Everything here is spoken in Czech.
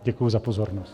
Děkuji za pozornost.